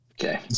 okay